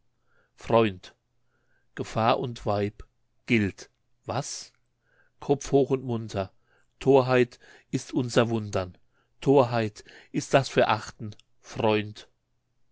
freund gefahr und weib gilt was kopf hoch und munter torheit ist unser wundern torheit ist das verachten freund